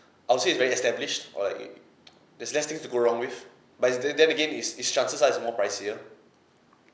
I would say it's very established or like there's less things to go wrong with but is the then again is is chances are it's more pricier